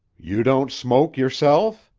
you don't smoke, yourself?